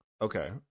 Okay